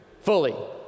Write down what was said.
fully